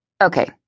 Okay